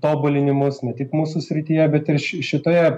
tobulinimus ne tik mūsų srityje bet ir ši šitoje